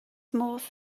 modd